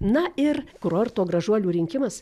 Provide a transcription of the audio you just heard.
na ir kurorto gražuolių rinkimas